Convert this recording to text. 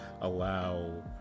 allow